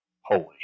holy